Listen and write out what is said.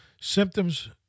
Symptoms